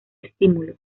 estímulo